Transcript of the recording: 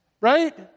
Right